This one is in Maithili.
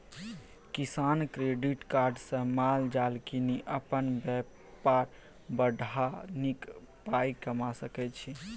किसान क्रेडिट कार्ड सँ माल जाल कीनि अपन बेपार बढ़ा नीक पाइ कमा सकै छै